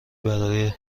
برای